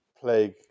plague